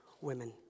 women